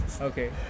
Okay